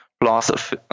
plus